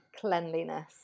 cleanliness